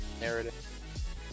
narrative